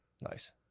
Nice